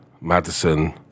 Madison